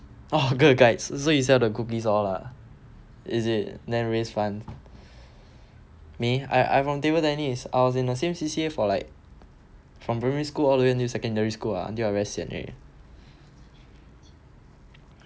oh good guides so you sell the cookies all lah is it then raise fund me I from table tennis I was in the same C_C_A for like from primary school all the way until secondary school ah until I very sian eh